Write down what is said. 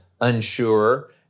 unsure